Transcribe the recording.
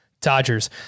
Dodgers